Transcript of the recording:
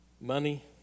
Money